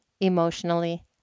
emotionally